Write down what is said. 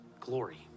glory